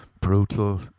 Brutal